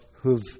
who've